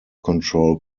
control